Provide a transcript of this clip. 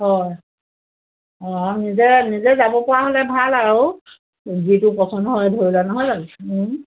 হয় অঁ নিজে নিজে যাব পৰা হ'লে ভাল আৰু যিটো পচন্দ হয় নহয় লাগ